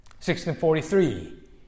1643